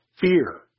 Fear